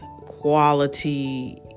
quality